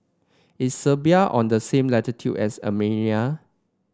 is Serbia on the same latitude as Armenia